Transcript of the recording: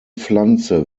pflanze